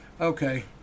Okay